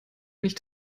nicht